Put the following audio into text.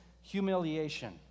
humiliation